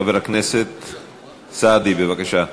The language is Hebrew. חבר הכנסת סעדי, בבקשה.